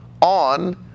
on